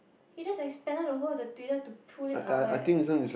he just expanded the hole with the tweezer to pull it out eh